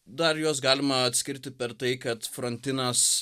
dar juos galima atskirti per tai kad frontinas